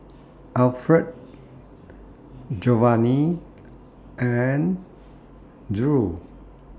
Alferd Jovany and Drew